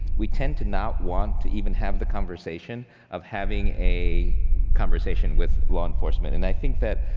we tend to not want to even have the conversation of having a conversation with law enforcement. and i think that,